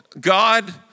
God